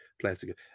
plastic